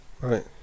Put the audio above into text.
Right